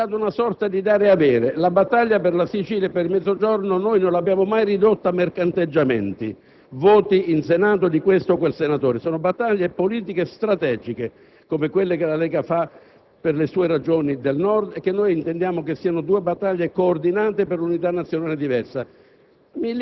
che c'è stata una sorta di dare-avere. La battaglia per la Sicilia e per il Mezzogiorno noi non l'abbiamo mai ridotta a mercanteggiamenti: voti in Senato di questo o quel senatore. Sono battaglie politiche e strategiche come quelle che la Lega fa per le Regioni del Nord; noi intendiamo che queste due battaglie siano coordinate per un'unità nazionale diversa.